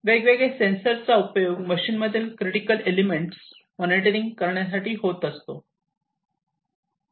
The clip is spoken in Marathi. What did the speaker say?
वेगवेगळे सेन्सर्स चा उपयोग मशीनचे क्रिटिकल एलिमेंट्स मॉनिटरिंग करण्यासाठी होत असे